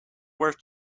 worth